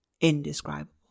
indescribable